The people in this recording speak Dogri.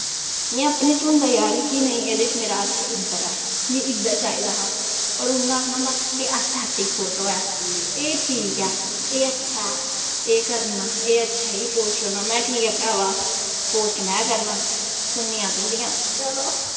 इ'यां अपने च होंदा कि नेईं एह्दे च मेरा अच्छा इद्धर ऐ मीं इद्धर चाहिदा हा होर उन्नै आखना होंदा एह् अस्थैटिक फोटो ऐ एह् ठीक ऐ एह् अच्छा ऐ एह् करना एह् अच्छा ऐ एह् पोज़ छोड़ना महां ठीक ऐ भ्रावा पोस्ट में करना सुननियां तुंदियां चलो